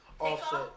Offset